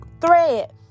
thread